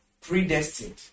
predestined